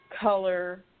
color